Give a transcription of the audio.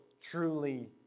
truly